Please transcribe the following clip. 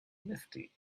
nifty